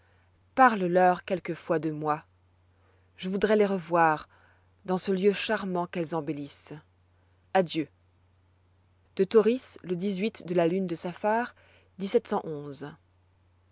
parle leur quelquefois de moi je voudrois les revoir dans ce lieu charmant qu'elles embellissent adieu de tauris le de la lune de